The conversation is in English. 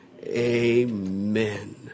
Amen